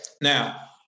Now